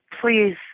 please